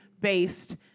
based